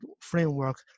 framework